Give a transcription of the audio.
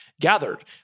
gathered